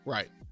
Right